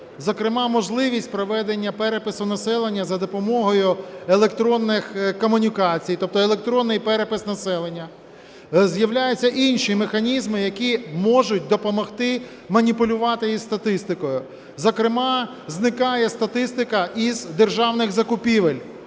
зокрема, можливість проведення перепису населення за допомогою електронних комунікацій, тобто електронний перепис населення. З'являються інші механізми, які можуть допомогти маніпулювати із статистикою, зокрема, зникає статистика з державних закупівель,